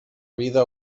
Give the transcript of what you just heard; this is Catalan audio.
vida